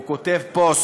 הוא כותב פוסט: